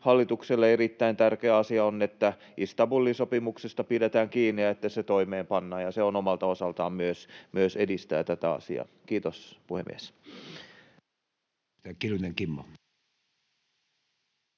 hallitukselle on erittäin tärkeä asia, että Istanbulin sopimuksesta pidetään kiinni ja että se toimeenpannaan, ja myös se omalta osaltaan edistää tätä asiaa. — Kiitos, puhemies. [Speech